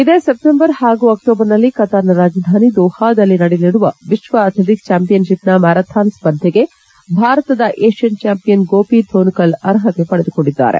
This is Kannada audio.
ಇದೇ ಸೆಪ್ಲೆಂಬರ್ ಹಾಗೂ ಅಕ್ಷೋಬರ್ನಲ್ಲಿ ಕತಾರ್ನ ರಾಜಧಾನಿ ದೋಹಾದಲ್ಲಿ ನಡೆಯಲಿರುವ ವಿತ್ವ ಅಥ್ಲೆಟಕ್ಸ್ ಚಾಂಪಿಯನ್ಷಿಪ್ನ ಮ್ವಾರಾಥಾನ್ ಸ್ಪರ್ಧೆಗೆ ಭಾರತದ ಏಷ್ಟನ್ ಚಾಂಪಿಯನ್ ಗೋಪಿ ಥೋನ್ಕಲ್ ಅರ್ಹತೆ ಪಡೆದುಕೊಂಡಿದ್ದಾರೆ